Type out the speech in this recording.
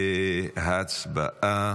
הצבעה.